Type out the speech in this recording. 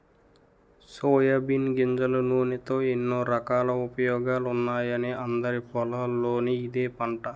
soybean గింజల నూనెతో ఎన్నో రకాల ఉపయోగాలున్నాయని అందరి పొలాల్లోనూ ఇదే పంట